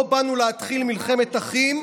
לא באנו להתחיל מלחמת אחים,